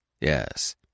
Yes